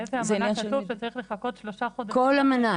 באיזו אמנה כתוב שצריך לחכות שלושה חודשים עד שאפשר --- כל אמנה,